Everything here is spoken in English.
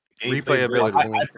Replayability